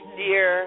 dear